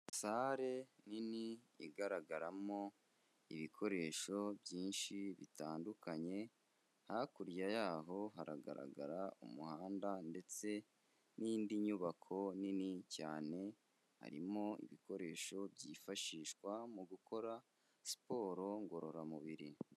Sale nini igaragaramo ibikoresho byinshi bitandukanye, hakurya yaho haragaragara umuhanda ndetse n'indi nyubako nini cyane, harimo ibikoresho byifashishwa mu gukora siporo ngororamubiri.